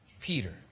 Peter